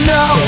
no